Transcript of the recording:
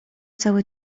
całe